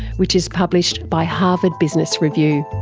which is published by harvard business review.